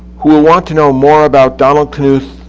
who will want to know more about donald knuth,